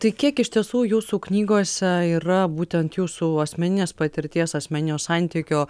tai kiek iš tiesų jūsų knygose yra būtent jūsų asmeninės patirties asmeninio santykio